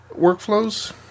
workflows